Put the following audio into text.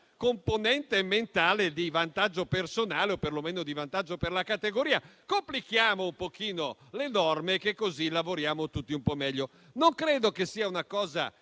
componente mentale di vantaggio personale, o perlomeno di vantaggio per la categoria: complichiamo un po' le norme, che così lavoriamo tutti un po' meglio. Non credo che sia una cosa